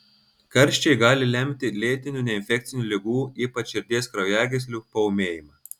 karščiai gali lemti lėtinių neinfekcinių ligų ypač širdies kraujagyslių paūmėjimą